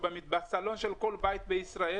הוא בסלון של כל בית בישראל